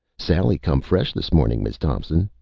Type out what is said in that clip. sally come fresh this morning, miz thompson,